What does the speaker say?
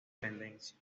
independencia